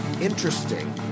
Interesting